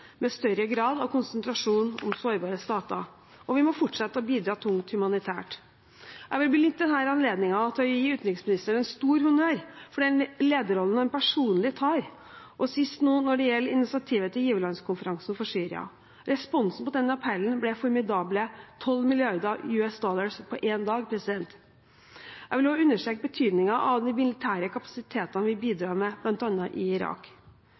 med større grad av konsentrasjon om sårbare stater. Og vi må fortsette å bidra tungt humanitært. Jeg vil benytte denne anledningen til å gi utenriksministeren stor honnør for den lederrollen han personlig tar – nå sist når det gjelder initiativet til giverlandskonferansen for Syria. Responsen på den appellen ble formidable 12 mrd. amerikanske dollar på én dag. Jeg vil også understreke betydningen av de militære kapasitetene vi bidrar med, bl.a. i Irak.